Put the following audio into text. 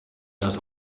does